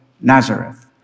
Nazareth